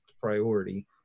priority